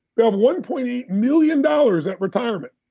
they'll have one point eight million dollars at retirement.